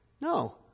No